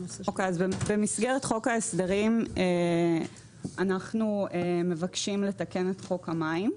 במסגרת חוק ההסדרים אנחנו מבקשים לתקן את חוק המים.